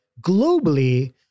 globally